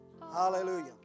Hallelujah